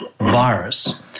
virus